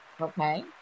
Okay